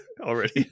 already